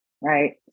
right